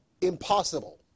impossible